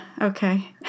okay